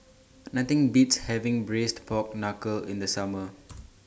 Nothing Beats having Braised Pork Knuckle in The Summer